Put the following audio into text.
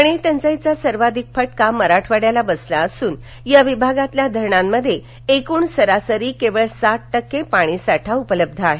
पाणीटंचाईचा सर्वाधिक फटका मराठवाड्याला बसला असून या विभागातील धरणांमध्ये एकूण सरासरी केवळ सात टक्के पाणीसाठा उपलब्ध आहे